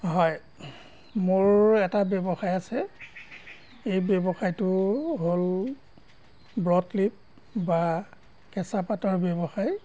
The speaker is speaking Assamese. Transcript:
হয় মোৰ এটা ব্যৱসায় আছে এই ব্যৱসায়টো হ'ল ব্ৰডলিফ বা কেঁচা পাতৰ ব্যৱসায়